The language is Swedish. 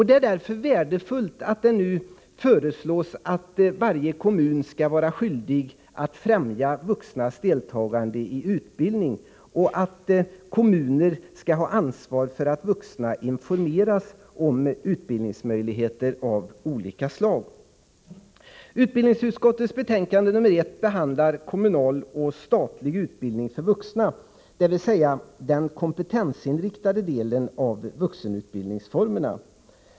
Det är därför värdefullt att det nu föreslås att varje kommun skall vara skyldig att främja vuxnas deltagande i utbildning och att kommunerna skall ha ansvaret för att vuxna informeras om utbildningsmöjligheter av olika slag. ningsformerna.